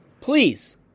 Please